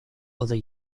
other